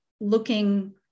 looking